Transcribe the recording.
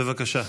בבקשה.